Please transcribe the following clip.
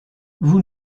vous